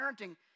parenting